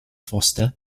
foster